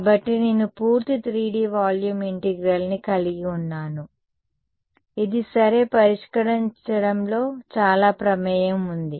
కాబట్టి నేను పూర్తి 3D వాల్యూమ్ ఇంటిగ్రల్ని కలిగి ఉన్నాను ఇది సరే పరిష్కరించడంలో చాలా ప్రమేయం ఉంది